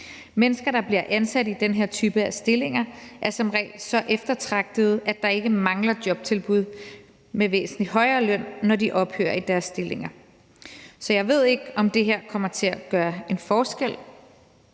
Mennesker, der bliver ansat i den her type stillinger, er som regel så eftertragtede, at der ikke mangler jobtilbud med væsentlig højere løn, når de ophører i deres stillinger. Så jeg ved ikke, om det her kommer til at gøre en forskel,